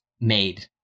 made